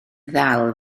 ddal